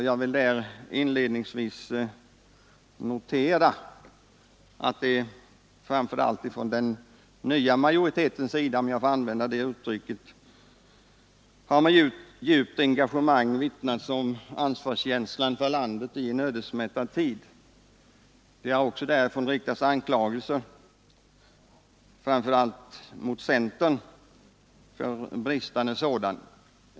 Jag vill då inledningsvis notera hur man framför allt från den nya majoriteten, om jag får använda det uttrycket, med djupt engagemang har omvittnat sin ansvarskänsla för landet i en ödesmättad tid. Det har också därifrån riktats anklagelser främst mot centern för bristande ansvarskänsla.